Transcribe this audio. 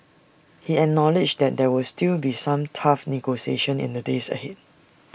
he acknowledged there would still be some tough negotiations in the days ahead